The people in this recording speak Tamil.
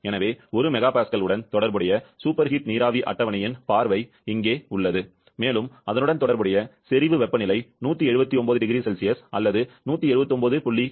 எனவே 1 MPa உடன் தொடர்புடைய சூப்பர்ஹீட் நீராவி அட்டவணையின் பார்வை இங்கே உள்ளது மேலும் அதனுடன் தொடர்புடைய செறிவு வெப்பநிலை 179 0C அல்லது 179